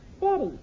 Betty